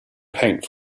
paint